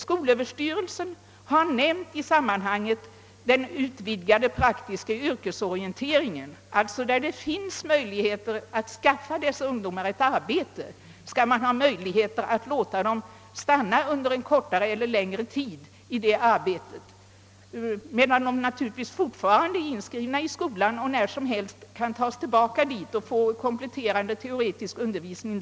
Skolöverstyrelsen har i detta sammanhang nämnt den utvidgade praktiska yrkesorienteringen. Den ger möjligheter att skaffa dessa ungdomar ett arbete, där de kan få stanna under kortare eller längre tid. De är därvid naturligtvis fortfarande inskrivna i skolan och kan när som helst tas tillbaka dit och få kompletterande teoretisk undervisning.